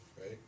right